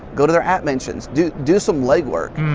go to their app mentions, do do some leg work.